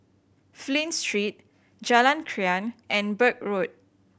Flint Street Jalan Krian and Birch Road